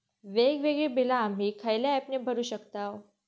वेगवेगळी बिला आम्ही खयल्या ऍपने भरू शकताव?